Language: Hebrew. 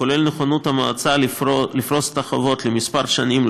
כולל נכונות המועצה לפרוס את החובות לכמה שנים,